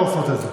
לא עושות את זה.